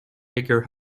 bigger